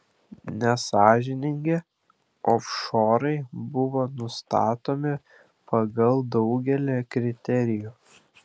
nesąžiningi ofšorai buvo nustatomi pagal daugelį kriterijų